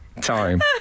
time